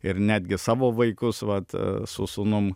ir netgi savo vaikus vat su sūnum